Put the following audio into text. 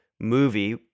movie